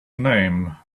name